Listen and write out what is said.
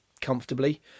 comfortably